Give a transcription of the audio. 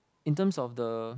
in terms of the